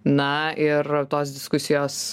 na ir tos diskusijos